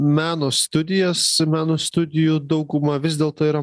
meno studijas meno studijų dauguma vis dėlto yra